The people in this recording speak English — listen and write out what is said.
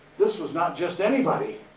this was not just anybody!